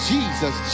Jesus